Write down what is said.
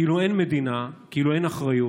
כאילו אין מדינה, כאילו אין אחריות,